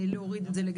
זה רק מבלבל את כולם.